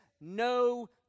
no